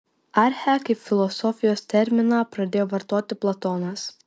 archę kaip filosofijos terminą pradėjo vartoti platonas